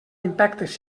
impactes